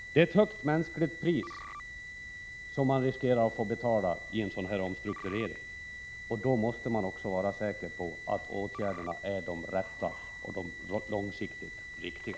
Det är ett högt mänskligt pris som man riskerar att få betala i en sådan här omstrukturering. Då måste man också vara säker på att åtgärderna är de rätta och de långsiktigt riktiga.